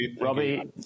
Robbie